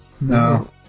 No